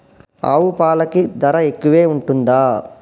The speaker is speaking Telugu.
ఆవు పాలకి ధర ఎక్కువే ఉంటదా?